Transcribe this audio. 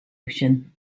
ocean